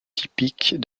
typiques